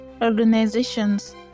organizations